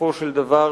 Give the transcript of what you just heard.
בסופו של דבר,